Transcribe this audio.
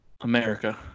America